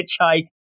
hitchhike